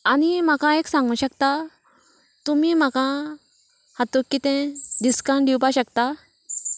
आनी म्हाका एक सांगूंक शकतात तुमी म्हाका हातूंत कितें डिस्कावन्ट दिवपाक शकतात